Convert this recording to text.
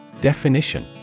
Definition